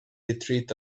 retreat